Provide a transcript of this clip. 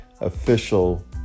official